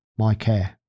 MyCare